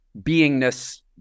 beingness